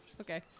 Okay